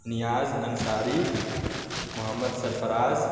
Niaz Ansari Muhammad Sarfaraz